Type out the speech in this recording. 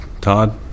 Todd